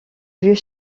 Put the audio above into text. vieux